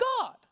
God